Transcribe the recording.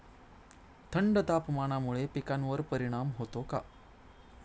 थंड तापमानामुळे पिकांवर परिणाम होतो का?